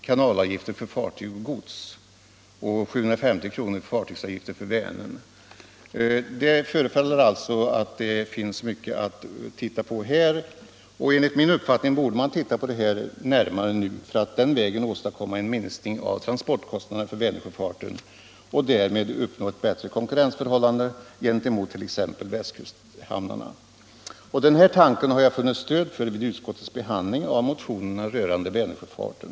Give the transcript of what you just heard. kanalavgifter för fartyg och gods och 750 kr. fartygsavgifter för Vänern. Det förefaller alltså finnas mycket att granska här, och enligt min uppfattning borde man titta litet närmare på detta för att den vägen åstadkomma en minskning av transportkostnaderna för Vänersjöfarten och därmed uppnå ett bättre konkurrensförhållande gentemot t.ex. västkusthamnarna. Den tanken har jag funnit stöd för vid utskottets behandling av motionerna rörande Vänersjöfarten.